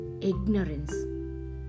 Ignorance